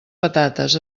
patates